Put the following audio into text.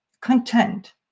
content